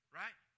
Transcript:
right